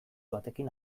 batekin